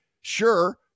sure